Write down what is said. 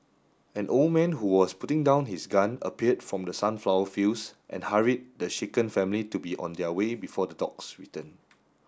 an old man who was putting down his gun appeared from the sunflower fields and hurried the shaken family to be on their way before the dogs return